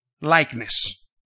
likeness